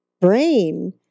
brain